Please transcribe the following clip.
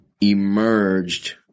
emerged